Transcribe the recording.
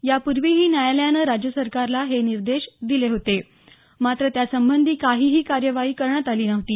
यापूर्वीही न्यायालयानं राज्यसरकारला हे निर्देश दिले होते मात्र त्यासंबंधी काहीही कार्यवाही करण्यात आली नव्हती